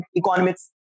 economics